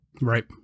Right